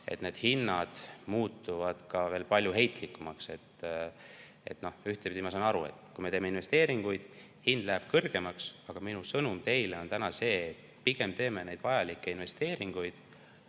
et hinnad muutuvad veel palju heitlikumaks. Ühtpidi ma saan aru, et kui me teeme investeeringuid, siis hind läheb kõrgemaks. Aga minu sõnum teile on täna see: pigem ikkagi teeme neid vajalikke investeeringuid,